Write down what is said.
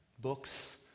Books